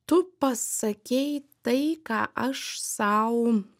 tu pasakei tai ką aš sau